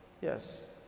Yes